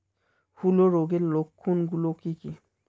হূলো রোগের লক্ষণ গুলো কি কি?